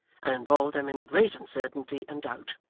and involved them in great uncertainty and doubt.